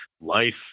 life